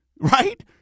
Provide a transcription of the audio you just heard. Right